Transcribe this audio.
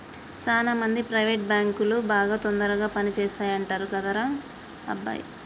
సాన మంది ప్రైవేట్ బాంకులు బాగా తొందరగా పని చేస్తాయంటరు కదరా అబ్బాయి